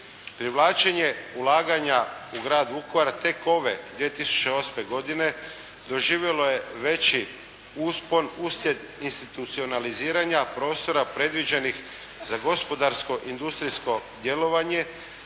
Privlačenje ulaganja u Grad Vukovar, tek ove 2008. godine, doživjelo je veći uspon uslijed institucionaliziranja prostora predviđenih za gospodarsko industrijsko djelovanje,